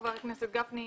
חבר הכנסת גפני,